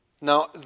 Now